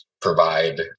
provide